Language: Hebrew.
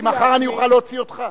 כי מחר אני אוכל להוציא אותך.